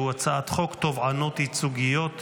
והוא הצעת חוק תובענות ייצוגיות (תיקון,